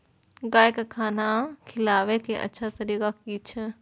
गाय का खाना खिलाबे के अच्छा तरीका की छे?